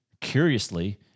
curiously